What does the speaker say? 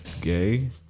gay